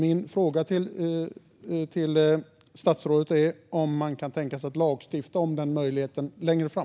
Min fråga till statsrådet är därför om man kan tänka sig att lagstifta om den möjligheten längre fram.